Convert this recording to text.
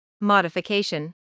modification